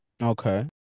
Okay